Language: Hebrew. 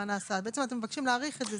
אתם מבקשים להאריך את זה.